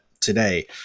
today